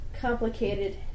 Complicated